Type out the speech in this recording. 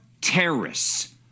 terrorists